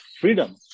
freedom